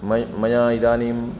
म मया इदानीम्